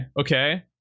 okay